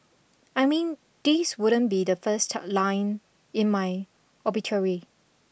I mean this wouldn't be the first line in my obituary